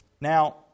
Now